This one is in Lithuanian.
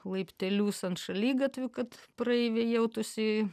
laiptelius ant šaligatvių kad praeiviai jaustųsi